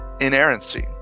inerrancy